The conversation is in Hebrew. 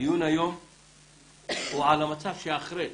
הדיון היום הוא על המצב שאחרי,